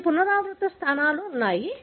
మీకు పునరావృత స్థానాలు ఉన్నాయి